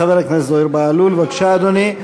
חבר הכנסת זוהיר בהלול, בבקשה, אדוני.